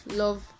love